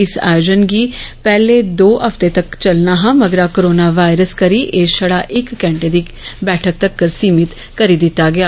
इस आयोजन गी पैहले दो हफ्ते तक्कर चलना हा मगरा कोरोना वायरस करी एह् छड़ा इक घंटे दी बैठक तक्कर सीमित करी दित्ता गेआ